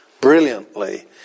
Brilliantly